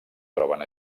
troben